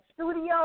studio